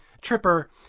Tripper